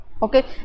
Okay